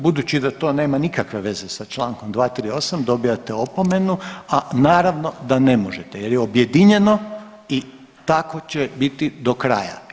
Budući da to nema nikakve veze sa Člankom 238. dobijate opomenu, a naravno da ne možete jer je objedinjeno i tako će biti do kraja.